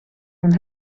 een